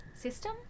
system